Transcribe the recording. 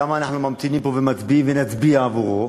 למה אנחנו ממתינים פה ומצביעים ונצביע עבורו?